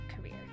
career